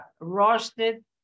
roasted